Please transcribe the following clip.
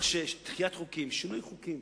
דחיית חוקים, שינוי חוקים.